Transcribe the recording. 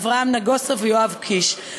אברהם נגוסה ויואב קיש.